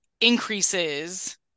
increases